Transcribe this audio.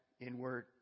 inward